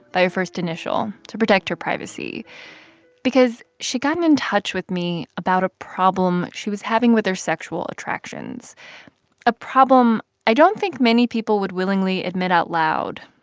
by her first initial, to protect her privacy because she'd gotten in touch with me about a problem she was having with her sexual attractions a problem i don't think many people would willingly admit out loud,